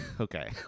Okay